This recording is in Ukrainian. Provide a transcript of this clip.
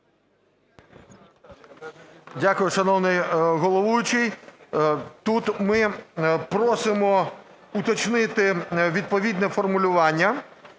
Дякую, шановний головуючий. Тут ми просимо уточнити відповідне формулювання,